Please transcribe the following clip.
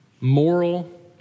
moral